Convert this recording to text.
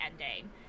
ending